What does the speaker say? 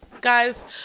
Guys